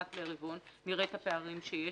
אחת לרבעון,